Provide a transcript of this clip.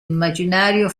immaginario